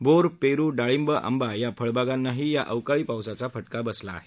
bore पेरू डाळींब आंबा या फळबागांनाही या अवकाळी पावसाचा फटका बसला आहे